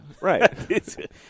Right